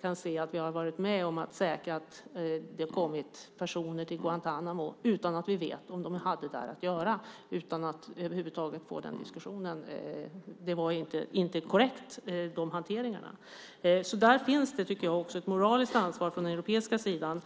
kan se att vi har varit med om att säkra att det har kommit personer till Guantánamo utan att vi har vetat om de hade där att göra och utan att vi över huvud taget har fått den diskussionen. De hanteringarna var inte korrekta. Där finns det, tycker jag, också ett moraliskt ansvar från den europiska sidan.